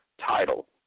title